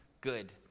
Good